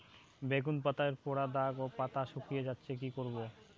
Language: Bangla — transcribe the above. বেগুন পাতায় পড়া দাগ ও পাতা শুকিয়ে যাচ্ছে কি করব?